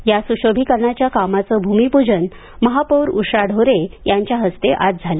या सुशोभिकरणाच्या कामाचं भूमिप्रजन महापौर उषा ढोरे यांच्या हस्ते आज झालं